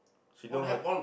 she know how